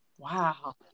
Wow